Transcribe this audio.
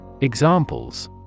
Examples